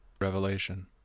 Revelation